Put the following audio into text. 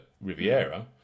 Riviera